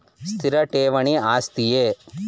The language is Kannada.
ಸ್ಥಿರ ಠೇವಣಿ ಆಸ್ತಿಯೇ?